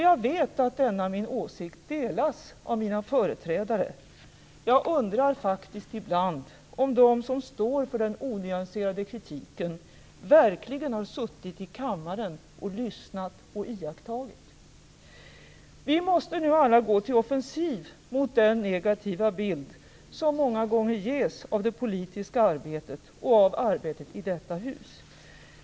Jag vet att denna min åsikt delas av mina företrädare. Jag undrar faktiskt ibland om de som står för den onyanserade kritiken verkligen har suttit i kammaren och lyssnat och iakttagit. Vi måste nu alla gå till offensiv mot den negativa bild som många gånger ges av det politiska arbetet och av arbetet i detta hus.